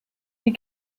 die